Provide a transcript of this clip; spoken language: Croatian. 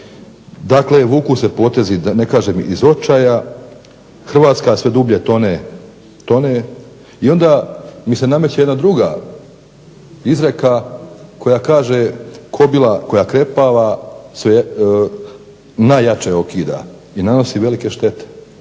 dakle vuku se potezi iz očaja, HRvatska sve dublje tone i onda mi se nameće jedna druga izreka koja kaže "Kobila koja krepava najjače okida i nanosi velike štete".